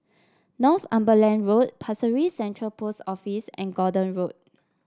Northumberland Road Pasir Ris Central Post Office and Gordon Road